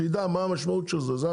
שיידע מה המשמעות של זה.